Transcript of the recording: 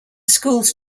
schools